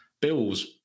bills